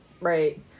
Right